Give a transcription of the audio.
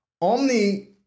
Omni